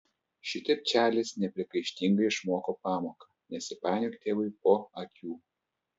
šitaip čarlis nepriekaištingai išmoko pamoką nesipainiok tėvui po akių